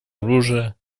оружия